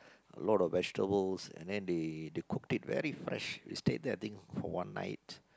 a lot of vegetables and then they they cooked it very fresh we stayed there I think for one night